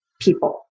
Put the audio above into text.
people